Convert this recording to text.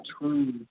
true –